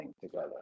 together